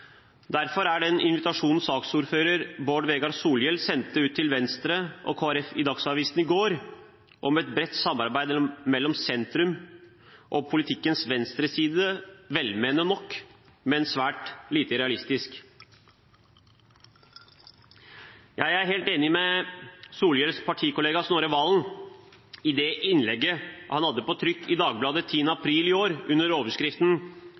Derfor er den invitasjonen saksordfører Bård Vegar Solhjell sendte ut til Venstre og Kristelig Folkeparti i Dagsavisen i går om et bredt samarbeid mellom sentrum og politikkens venstreside, velmenende nok, men svært lite realistisk. Jeg er helt enig med Solhjells partikollega Snorre Serigstad Valen i det innlegget han hadde på trykk i Dagbladet 10. april i år under overskriften: